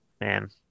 Man